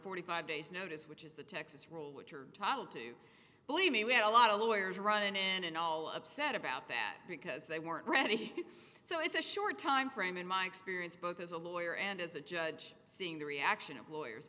forty five days notice which is the texas rule which are taught to believe me we had a lot of lawyers run in and all upset about that because they weren't ready so it's a short timeframe in my experience both as a lawyer and as a judge seeing the reaction of lawyers